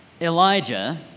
Elijah